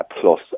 plus